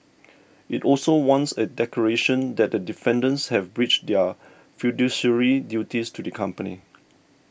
it also wants a declaration that the defendants have breached their fiduciary duties to the company